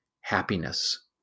happiness